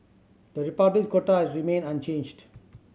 the Republic's quota has remained unchanged